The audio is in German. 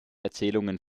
erzählungen